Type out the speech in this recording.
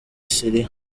syria